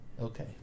Okay